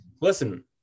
listen